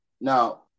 Now